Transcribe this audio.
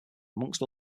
amongst